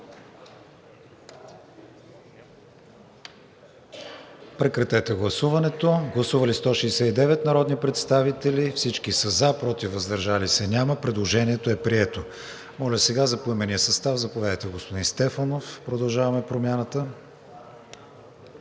Проекта за решение. Гласували 169 народни представители: за 169, против и въздържали се няма. Предложението е прието. Моля сега за поименния състав. Заповядайте, господин Стефанов, от „Продължаваме Промяната“.